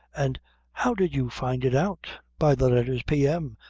and how did you find it out? by the letters p. m,